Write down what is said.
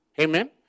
Amen